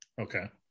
okay